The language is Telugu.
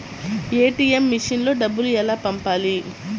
ఏ.టీ.ఎం మెషిన్లో డబ్బులు ఎలా పంపాలి?